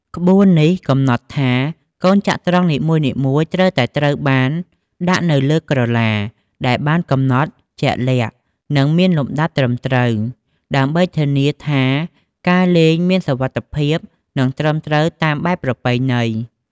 ក្បួននេះកំណត់ថា កូនចត្រង្គនីមួយៗត្រូវតែត្រូវបានដាក់នៅលើក្រឡាដែលបានកំណត់ជាក់លាក់ និងមានលំដាប់ត្រឹមត្រូវ ដើម្បីធានាថាការលេងមានសុវត្ថិភាព និងត្រឹមត្រូវតាមបែបប្រពៃណី។